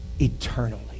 eternally